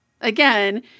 again